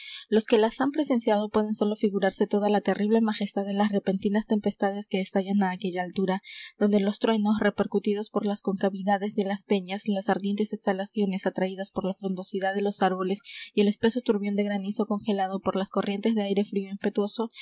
los que las han presenciado pueden sólo figurarse toda la terrible majestad de las repentinas tempestades que estallan á aquella altura donde los truenos repercutidos por las concavidades de las peñas las ardientes exhalaciones atraídas por la frondosidad de los árboles y el espeso turbión de granizo congelado por las corrientes de aire frío